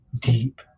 deep